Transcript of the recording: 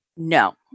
No